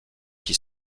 qui